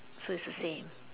so it's the same